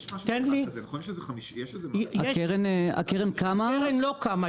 יש משהו כזה --- הקרן לא קמה,